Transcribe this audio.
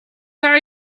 are